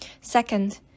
Second